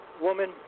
woman